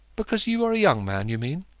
because you are a young man, you mean?